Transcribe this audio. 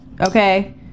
Okay